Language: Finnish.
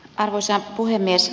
arvoisa puhemies